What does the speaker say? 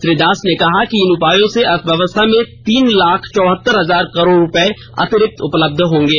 श्री दास ने कहा कि इन उपायों से अर्थ व्यवस्था में तीन लाख चौहत्तर हजार करोड़ रूपये अतिरिक्त उपलब्ध होंगे